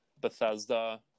Bethesda